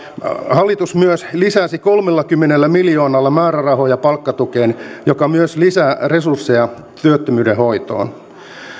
hallitus myös lisäsi kolmellakymmenellä miljoonalla määrärahoja palkkatukeen mikä myös lisää resursseja työttömyyden hoitoon